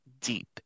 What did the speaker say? deep